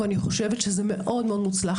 ואני חושבת שזה מאוד מאוד מוצלח,